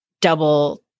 double